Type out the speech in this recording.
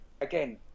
Again